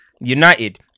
United